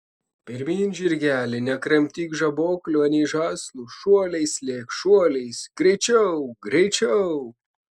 pirmyn žirgeli nekramtyk žaboklių anei žąslų šuoliais lėk šuoliais greičiau greičiau